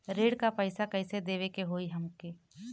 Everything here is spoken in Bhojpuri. ऋण का पैसा कइसे देवे के होई हमके?